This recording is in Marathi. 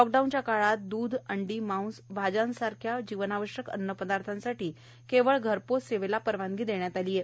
लॉकडाऊनच्या काळात दूध अंडी मांस भाज्यांसारख्या जीवनावश्यक अन्नपदार्थांसाठी केवळ घरपोच सेवेला परवानगी दिली आहे